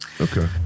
Okay